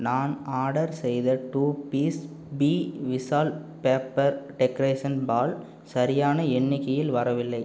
நான் ஆர்டர் செய்த two piece பி விஷால் பேப்பர் டெகரேஷன் பால் சரியான எண்ணிக்கையில் வரவில்லை